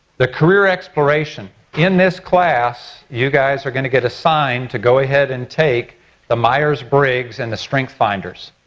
the career exploration in this class, you guys are going to get assigned to go ahead and take the myers briggs and the strengths finders.